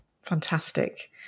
fantastic